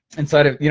inside of you